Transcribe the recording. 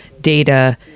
data